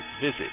visit